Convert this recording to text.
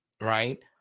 right